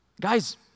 Guys